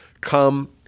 come